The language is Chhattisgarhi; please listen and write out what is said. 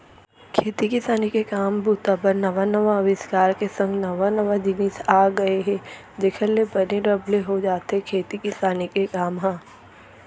खेती किसानी के काम बूता बर नवा नवा अबिस्कार के संग नवा नवा जिनिस आ गय हे जेखर ले बने रब ले हो जाथे खेती किसानी के काम ह